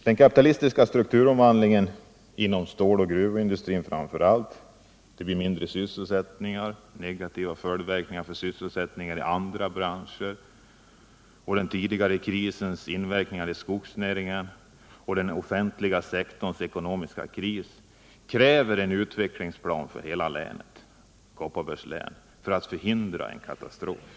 Den kapitalistiska strukturomvandlingen inom ståloch gruvindustrin med mindre sysselsättning, negativa följdverkningar på sysselsättningen i andra branscher, den tidigare krisens verkningar inom skogsnäringen och den offentliga sektorns ekonomiska kris kräver en utvecklingsplan för hela länet — Kopparbergs län — för att förhindra en katastrof.